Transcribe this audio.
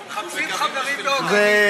אנחנו מחפשים חברים ב"עוגנים".